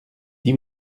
dix